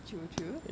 true true